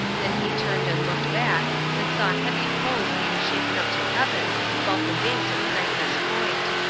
then he turned and looked back and saw heavy foam being shaken up to heaven about the base of cragness point.